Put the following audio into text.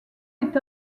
est